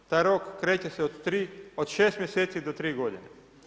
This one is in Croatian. Taj rok kreće se od 6 mjeseci do 3 godine.